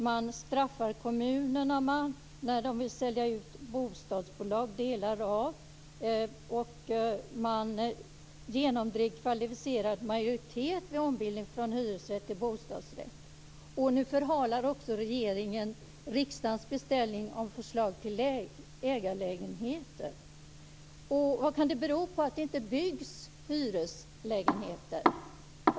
Man straffar kommunerna när de vill sälja ut delar av bostadsbolag och man genomdrev kvalificerad majoritet vid ombildning från hyresrätt till bostadsrätt. Nu förhalar också regeringen riksdagens beställning om förslag till ägarlägenheter. Vad kan det bero på att det inte byggs hyreslägenheter?